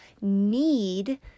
need